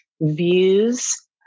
views